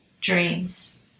dreams